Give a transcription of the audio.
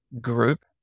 group